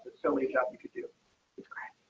so each of you to do is